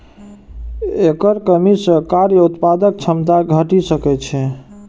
एकर कमी सं कार्य उत्पादक क्षमता घटि सकै छै